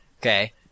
Okay